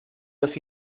los